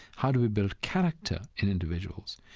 how do we build character in individuals?